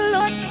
Lord